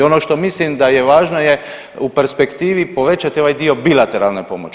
Ono što mislim da je važno je u perspektivi povećati ovaj dio bilateralne pomoći.